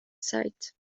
sight